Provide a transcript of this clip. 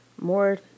more